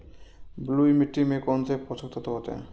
बलुई मिट्टी में कौनसे पोषक तत्व होते हैं?